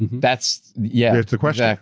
that's yeah that's the question.